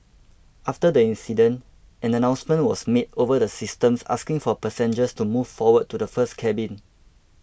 after the incident an announcement was made over the systems asking for passengers to move forward to the first cabin